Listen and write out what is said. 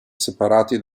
separati